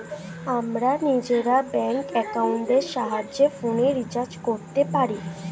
আমরা নিজেরা ব্যাঙ্ক অ্যাকাউন্টের সাহায্যে ফোনের রিচার্জ করতে পারি